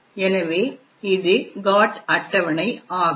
எனவே இது GOT அட்டவணை ஆகும்